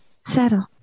settle